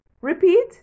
Repeat